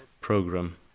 program